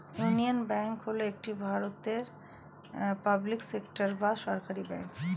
union Bank হল ভারতের একটি পাবলিক সেক্টর বা সরকারি ব্যাঙ্ক